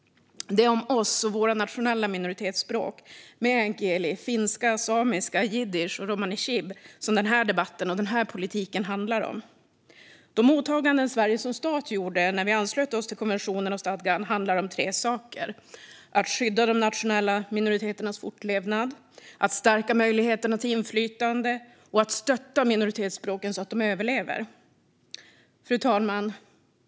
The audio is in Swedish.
Det är oss och våra nationella minoritetsspråk, meänkieli, finska, samiska, jiddisch och romani chib, den här debatten och den här politiken handlar om. De åtaganden Sverige som stat gjorde när vi anslöt oss till konventionen och stadgan, handlar om tre saker: att skydda de nationella minoriteternas fortlevnad, att stärka möjligheterna till inflytande och att stötta minoritetsspråken så att de överlever. Fru talman!